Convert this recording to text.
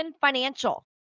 Financial